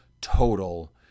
total